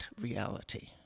reality